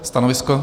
Stanovisko?